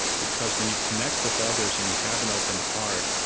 because when you connect with others, and you have an open heart,